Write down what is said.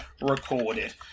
recorded